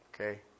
Okay